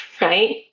right